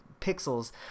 pixels